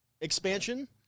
expansion